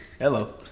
Hello